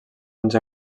onze